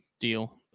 deal